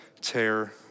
tear